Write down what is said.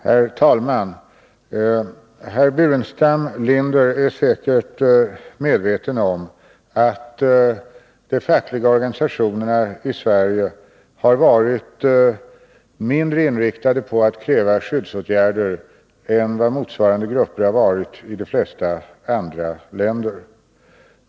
Herr talman! Herr Burenstam Linder är säkert medveten om att de fackliga organisationerna i Sverige har varit mindre inriktade på att kräva skyddsåtgärder än vad motsvarande grupper har varit i de flesta andra länder.